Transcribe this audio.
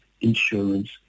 insurance